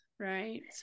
Right